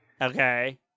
Okay